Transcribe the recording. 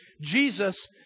Jesus